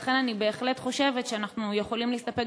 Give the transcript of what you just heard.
ולכן אני בהחלט חושבת שאנחנו יכולים להסתפק